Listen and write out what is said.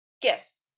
gifts